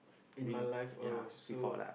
in my life uh so